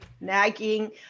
nagging